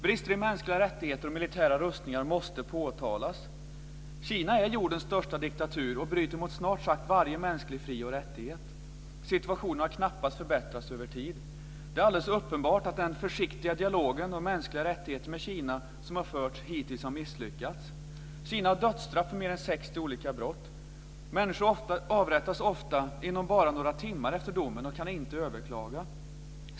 Brister i mänskliga rättigheter och militära rustningar måste påtalas. Kina är jordens största diktatur och bryter mot snart sagt varje mänsklig fri och rättighet. Situationen har knappast förbättrats över tid. Det är alldeles uppenbart att den försiktiga dialogen om mänskliga rättigheter med Kina som har förts hittills har misslyckats. Kina har dödsstraff för mer än 60 olika brott. Människor avrättas ofta inom bara några timmar efter domen och kan inte överklaga.